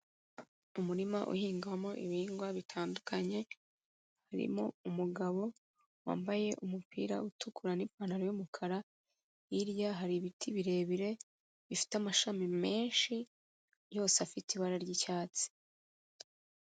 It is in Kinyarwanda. Umurima uhingwamo ibihingwa bitandukanye, harimo umugabo wambaye umupira utukura n'ipantaro y'umukara, hirya hari ibiti birebire bifite amashami menshi, yose afite ibara ry'icyatsi.